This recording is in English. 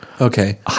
Okay